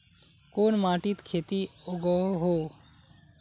कोन माटित खेती उगोहो?